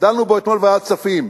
דנו בו אתמול בוועדת כספים.